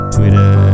Twitter